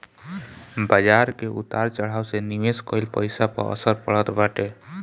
बाजार के उतार चढ़ाव से निवेश कईल पईसा पअ असर पड़त बाटे